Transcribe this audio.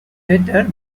later